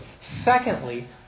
Secondly